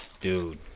Dude